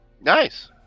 Nice